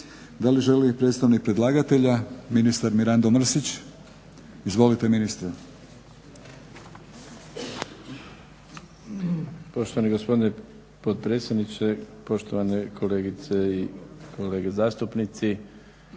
Da li želi predstavnik predlagatelja ministar Mirando Mrsić? Izvolite ministre. **Mrsić, Mirando (SDP)** Poštovani gospodine potpredsjedniče, poštovane kolegice i kolege zastupnici.